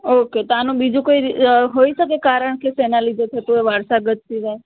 okay તો આનું બીજુ કોઈ હોય શકે કારણકે શેના લીધે થતું હોય વારસાગત સિવાય